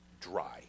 dry